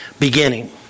Beginning